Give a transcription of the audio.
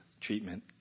treatment